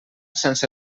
sense